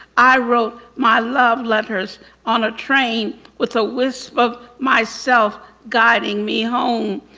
i wrote my love letters on a train with a wisp of myself guiding me home.